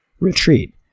retreat